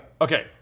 okay